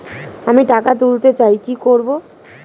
আমি টাকা তুলতে চাই কি করব?